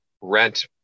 rent